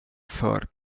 för